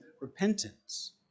repentance